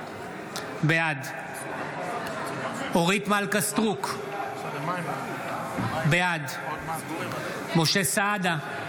בעד אורית מלכה סטרוק, בעד משה סעדה,